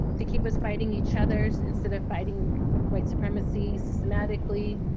to keep us fighting each other instead of fighting white supremacy, systematically,